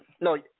no